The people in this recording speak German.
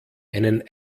einen